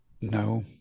No